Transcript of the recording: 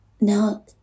Now